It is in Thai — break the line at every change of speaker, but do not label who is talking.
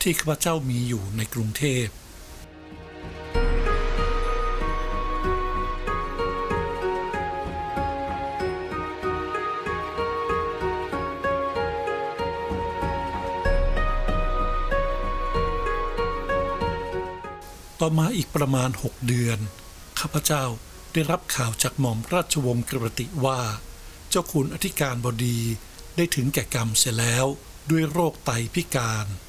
ที่ข้าพเจ้ามีอยู่ในกรุงเทพ ต่อมาอีกประมาณหกเดือน ข้าพเจ้าได้รับข่าวจากหม่อมราชวงศ์กีรติว่า เจ้าคุณอธิการบดีได้ถึงแก่กรรมเสียแล้วด้วยโรคไตพิการ